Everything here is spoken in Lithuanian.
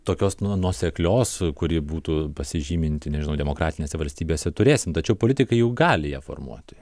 tokios nu nuoseklios kuri būtų pasižyminti nežinau demokratinėse valstybėse turėsim tačiau politikai jau gali ją formuoti